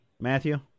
Matthew